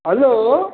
hello